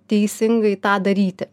teisingai tą daryti